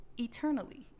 Eternally